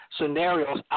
Scenarios